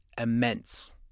immense